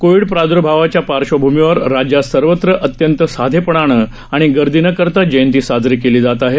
Covid प्रादर्भावाच्या पार्श्वभूमीवर राज्यात सर्वत्र अत्यंत साधेपणानं आणि गर्दी न करता जयंती साजरी केली जात आहे